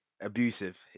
Abusive